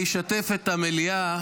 אני אשתף את המליאה